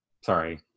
Sorry